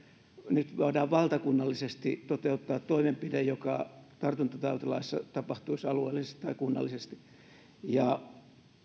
nyt voidaan valtakunnallisesti toteuttaa toimenpide joka tartuntatautilaissa tapahtuisi alueellisesti tai kunnallisesti niin